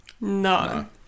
No